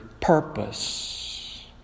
purpose